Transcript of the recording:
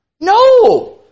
No